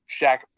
Shaq